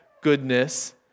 goodness